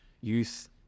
youth